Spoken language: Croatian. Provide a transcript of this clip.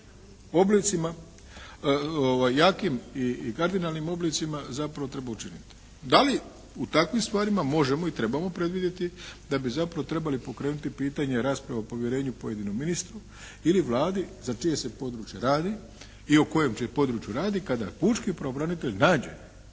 oblicima, jakim i kardinalnim oblicima zapravo treba učiniti. Da li u takvim stvarima možemo i trebamo predvidjeti da bi zapravo trebalo pokrenuti pitanje rasprave o povjerenju pojedinom ministru ili Vladi za čije se područje radi i o kojem se području radi kada pučki pravobranitelj nađe